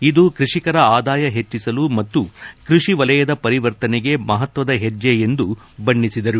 ಇದು ಕ್ಕಷಿಕರ ಆದಾಯ ಹೆಚ್ಚಿಸಲು ಮತ್ತು ಕೃಷಿ ವಲಯದ ಪರಿವರ್ತನೆಗೆ ಮಹತ್ವದ ಹೆಜ್ಜೆ ಎಂದು ಬಣ್ಣೆಸಿದರು